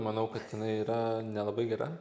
manau kad jinai yra nelabai gera